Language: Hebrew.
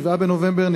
7 בנובמבר,